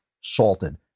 salted